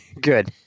Good